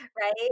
Right